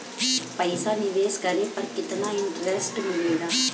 पईसा निवेश करे पर केतना इंटरेस्ट मिलेला?